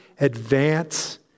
advance